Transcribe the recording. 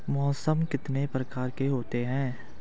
मौसम कितने प्रकार के होते हैं?